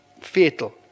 fatal